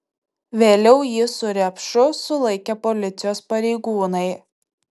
vėliau jį su repšu sulaikė policijos pareigūnai